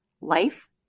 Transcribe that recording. Life